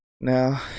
Now